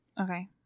Okay